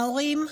ההורים,